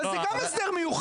אבל זה גם הסדר מיוחד.